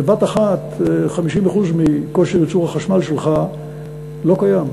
בבת-אחת 50% מכושר ייצור החשמל שלך לא קיים.